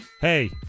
hey